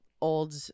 old